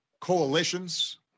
coalitions